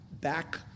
back